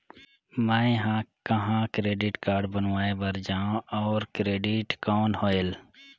मैं ह कहाँ क्रेडिट कारड बनवाय बार जाओ? और क्रेडिट कौन होएल??